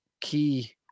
key